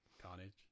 carnage